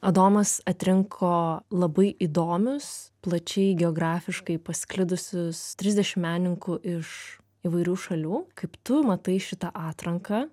adomas atrinko labai įdomius plačiai geografiškai pasklidusius trisdešimt menininkų iš įvairių šalių kaip tu matai šitą atranką